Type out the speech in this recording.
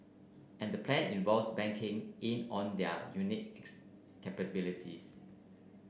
and the plan involves banking in on their unique capabilities